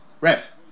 Ref